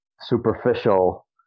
superficial